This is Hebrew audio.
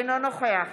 אינו נוכח